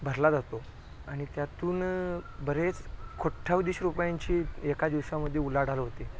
भरला जातो आणि त्यातून बरेच कोट्याधीश रुपयांची एका दिवसामध्ये उलाढाल होते